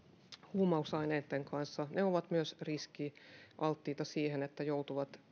huumausaineitten kanssa he ovat myös riskialttiita sille että joutuvat